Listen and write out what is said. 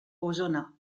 osona